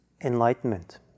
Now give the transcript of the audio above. enlightenment